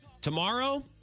tomorrow